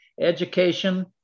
education